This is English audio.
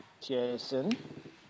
Jason